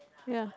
ya